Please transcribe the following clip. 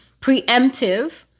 preemptive